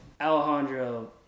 Alejandro